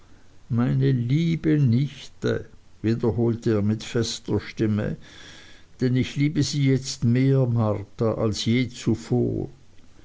meine liebe nichte wiederholte er mit fester stimme denn ich liebe sie jetzt mehr marta als je zuvor